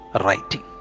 writing